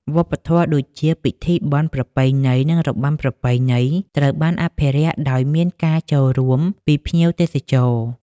វប្បធម៌ដូចជា ពិធីបុណ្យ ប្រពៃណី និងរបាំប្រពៃណី ត្រូវបានអភិរក្សដោយមានការចូលរួមពីភ្ញៀវទេសចរ។